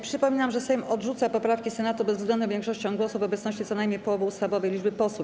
Przypominam, że Sejm odrzuca poprawki Senatu bezwzględną większością głosów w obecności co najmniej połowy ustawowej liczby posłów.